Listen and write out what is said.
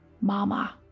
Mama